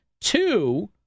Two